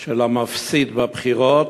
של המפסיד בבחירות,